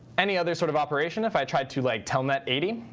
any other sort of operation, if i tried to like telnet eighty,